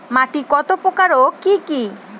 মাটি কত প্রকার ও কি কি?